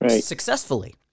successfully